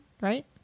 right